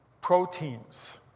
Proteins